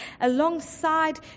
alongside